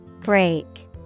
Break